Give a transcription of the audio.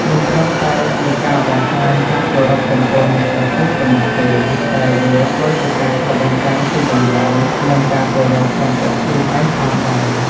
មិនត្រឹមតែជាការបង្ហាញការគោរពចំពោះអ្នកដទៃប៉ុណ្ណោះទេ តែវាក៏ជាការឆ្លុះបញ្ចាំងពីតម្លៃ និងការគោរពចំពោះខ្លួនឯងផងដែរ។